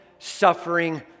suffering